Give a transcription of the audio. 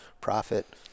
profit